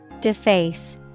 Deface